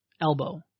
elbow